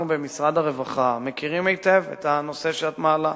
אנחנו במשרד הרווחה מכירים היטב את הנושא שאת מעלה,